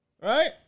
Right